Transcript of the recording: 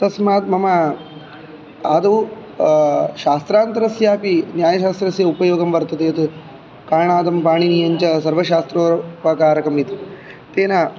तस्मात् मम आदौ शास्त्रान्तरस्यापि न्यायशास्त्रस्य उपयोगं वर्तते यत् काणादं पाणिनीयञ्च सर्वशास्त्रोपकारकम् इति तेन